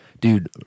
dude